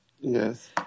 Yes